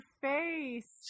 face